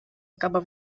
кабо